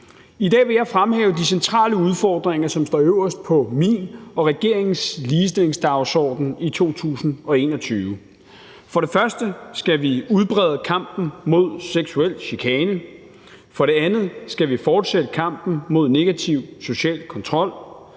I dag vil jeg fremhæve de centrale udfordringer, som står øverst på min og regeringens ligestillingsdagsorden i 2021. For det første skal vi udbrede kampen mod seksuel chikane. For det andet skal vi fortsætte kampen mod negativ social kontrol.